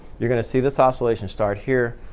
you're going to see this oscillation start here,